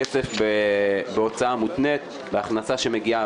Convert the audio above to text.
הכסף הוא בהוצאה מותנית בהכנסה שמגיעה